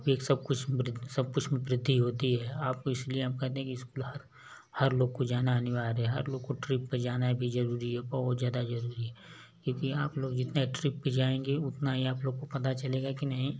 विवेक सब कुछ सब कुछ में बृद्धि होती है आपको इसलिए हम कहतें हें कि स्कूल हर हर लोग को जाना अनिवार्य हे हर लोग को ट्रिप पर जाना भी जरूरी है बहुत ज़्यादा जरूरी है क्योंकि आप लोग जितने ट्रिप पे जाएंगे उतना ही आप लोग को पता चलेगा कि नहीं